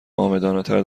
عامدانهتر